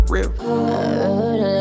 Real